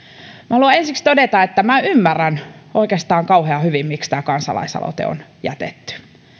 haluan ensiksi todeta että ymmärrän oikeastaan kauhean hyvin miksi tämä kansalais aloite on jätetty